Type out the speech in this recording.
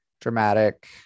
dramatic